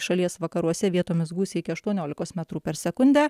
šalies vakaruose vietomis gūsiai iki aštuoniolikos metrų per sekundę